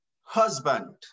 husband